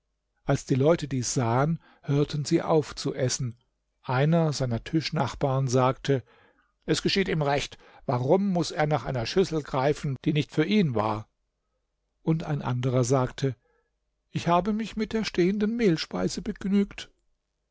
als die leute dies sahen hörten sie auf zu essen einer seiner tischnachbarn sagte es geschieht ihm recht warum muß er nach einer schüssel greifen die nicht für ihn war ein anderer sagte ich habe mich mit der stehenden mehlspeise begnügt